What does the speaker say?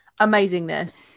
amazingness